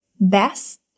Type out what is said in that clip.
Best